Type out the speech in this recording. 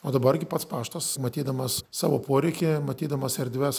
o dabar gi pats paštas matydamas savo poreikį matydamas erdves